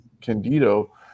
candido